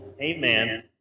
Amen